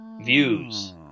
views